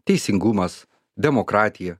teisingumas demokratija